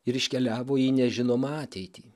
ir iškeliavo į nežinomą ateitį